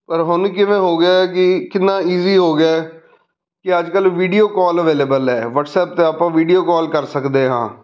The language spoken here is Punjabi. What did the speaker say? ਪਰ ਹੁਣ ਕਿਵੇਂ ਹੋ ਗਿਆ ਕਿ ਕਿੰਨਾ ਈਜ਼ੀ ਹੋ ਗਿਆ ਕਿ ਅੱਜ ਕੱਲ੍ਹ ਵੀਡੀਓ ਕਾਲ ਅਵੇਲੇਬਲ ਹੈ ਵਟਸਅਪ 'ਤੇ ਆਪਾਂ ਵੀਡੀਓ ਕਾਲ ਕਰ ਸਕਦੇ ਹਾਂ